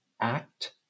act